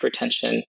hypertension